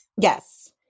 Yes